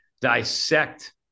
dissect